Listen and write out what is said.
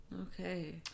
Okay